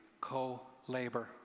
co-labor